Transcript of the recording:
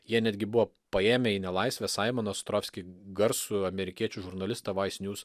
jie netgi buvo paėmę į nelaisvę saimoną ostrovskį garsų amerikiečių žurnalistą vais niūs